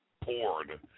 poured